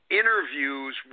interviews